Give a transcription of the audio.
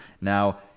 Now